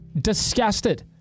disgusted